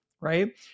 right